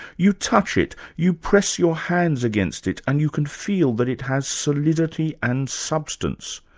you touch it, you press your hands against it and you can feel that it has solidity and substance.